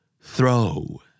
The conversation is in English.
Throw